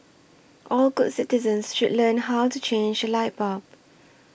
all good citizens should learn how to change a light bulb